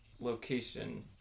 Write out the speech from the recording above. location